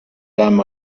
damen